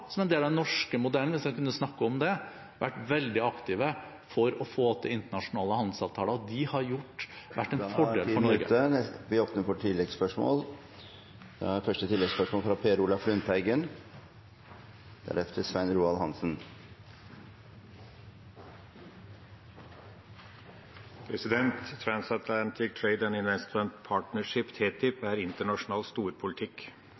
som en del av den norske modellen – hvis jeg kan snakke om det – vært veldig aktive for å få til internasjonale handelsavtaler. De har vært til fordel for Norge. Det åpnes for oppfølgingsspørsmål – først Per Olaf Lundteigen. Transatlantic Trade and Investment Partnership – TTIP – er internasjonal storpolitikk.